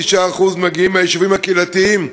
9% מגיעים מהיישובים הקהילתיים,